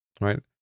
right